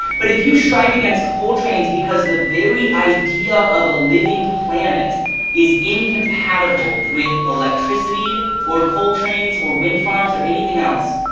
but, if you strike against coal trains because the very idea of a living planet is incompatible with electricity or coal trains, or wind farms, or anything else,